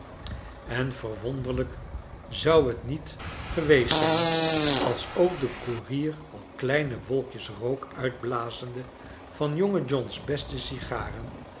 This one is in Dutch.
en verwonderlijk zou het niet geweest zijn als ook de koerier al kleine wolkjes rook uitblazende van jonge john's beste sigaren